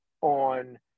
on